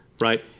Right